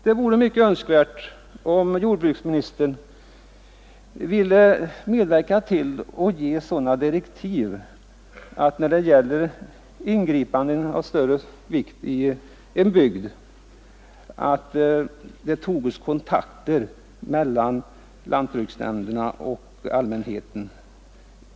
Det vore mycket önskvärt om jordbruksministern ville medverka till att utfärda sådana direktiv när det gäller ingripanden av större vikt i en bygd, att man på ett mycket tidigare stadium tar kontakter mellan lantbruksnämnderna och allmänheten.